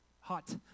hot